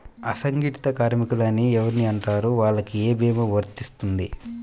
అసంగటిత కార్మికులు అని ఎవరిని అంటారు? వాళ్లకు ఏ భీమా వర్తించుతుంది?